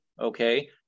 Okay